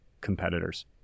competitors